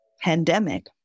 pandemic